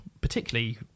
particularly